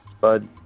Bud